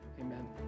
Amen